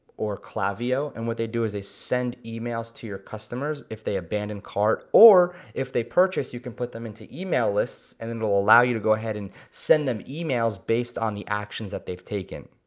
or klaviyo, and what they do is they send emails to your customers if they abandoned cart or if they purchased, you can put them into email list, and then it will allow you to go ahead and send them emails based on the actions that they've taken.